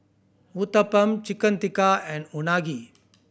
Uthapam Chicken Tikka and Unagi